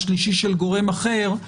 השלישי של גורם אחר,